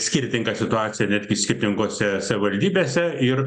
skirtinga situacija netgi skirtingose savivaldybėse ir